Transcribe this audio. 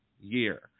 year